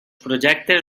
projectes